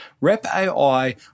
Rep.AI